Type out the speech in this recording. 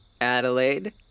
Adelaide